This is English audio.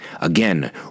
Again